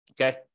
Okay